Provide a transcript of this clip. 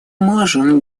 можем